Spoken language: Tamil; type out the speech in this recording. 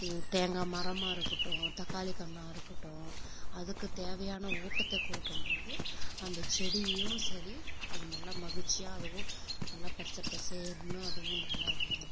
தேங்காய் மரமாக இருக்கட்டும் தக்காளி கன்றா இருக்கட்டும் அதுக்குத் தேவையான ஊட்டத்தை கொடுக்கும்போது அந்த செடியும் சரி அது நல்ல மகிழ்ச்சியாகவும் நல்ல பச்சை பசேல்னும் அதுவும் நல்லா வளரும்